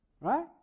right